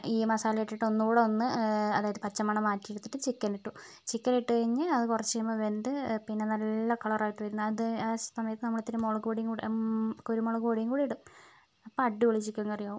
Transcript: ഈ മസാല ഇട്ടിട്ട് ഒന്നുകൂടി ഒന്ന് അതായത് പച്ചമണം മാറ്റിയെടുത്തിട്ട് ചിക്കനിട്ടു ചിക്കൻ ഇട്ടു കഴിഞ്ഞ് അത് കുറച്ച് കഴിയുമ്പോൾ വെന്ത് പിന്നെ നല്ല കളറായിട്ട് വരും അത് ആ സമയത്ത് നമ്മൾ ഇത്തിരി മുളകുപൊടി കൂടി കുരുമുളക് പൊടി കൂടി ഇടും അപ്പോൾ അടിപൊളി ചിക്കൻ കറിയാകും